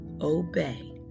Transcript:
obey